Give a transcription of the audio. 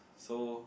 so